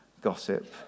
gossip